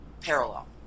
parallel